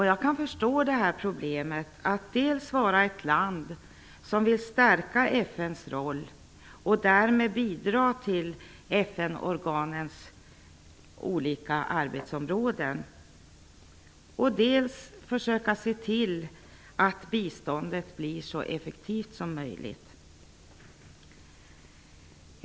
Jag kan förstå problemet med att vara ett land som dels vill stärka FN:s roll och därmed bidra till FN organens olika arbetsområden, dels försöker se till att biståndet blir så effektivt som möjligt.